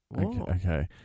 Okay